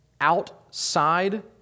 outside